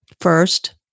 First